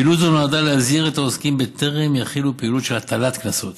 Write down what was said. פעילות זו נועדה להזהיר את העוסקים בטרם יחלו פעילויות של הטלת הקנסות.